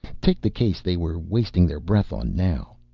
take the case they were wasting their breath on now.